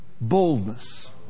Boldness